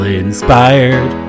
inspired